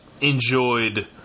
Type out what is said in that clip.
enjoyed